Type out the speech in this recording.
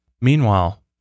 Meanwhile